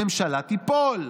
הממשלה תיפול.